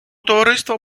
товариство